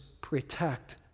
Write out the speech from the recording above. protect